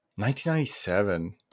1997